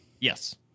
Yes